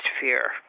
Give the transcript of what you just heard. fear